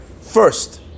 First